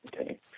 Okay